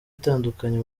atandukanye